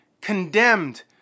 condemned